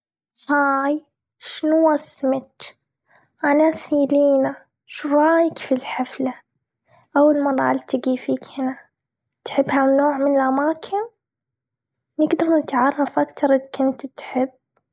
هاي! شنو اسمچ؟ أنا سيلينا. شو رأيك في الحفلة؟ أول مرة ألتقي فيك هنا. تحب ها النوع من الأماكن؟ نقدر نتعرف أكثر إذا كنت تحب!